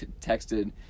texted